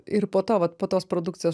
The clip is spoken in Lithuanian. ir po to vat po tos produkcijos